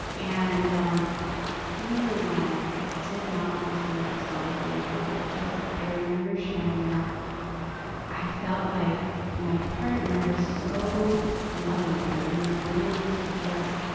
and um feeling like i did not understand what was wrong with me. i was just, i remember sharing that i felt like my partner was so loving and was willing to just,